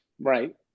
Right